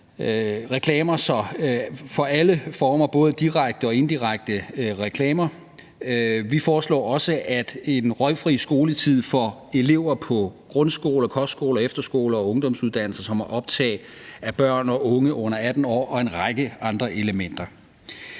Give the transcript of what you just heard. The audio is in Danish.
reklamer i alle former, både direkte og indirekte reklamer. Vi foreslår også en røgfri skoletid for elever på grundskoler, kostskoler, efterskoler og ungdomsuddannelser, som har optag af børn og unge under 18 år, og en række andre elementer.